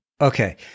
Okay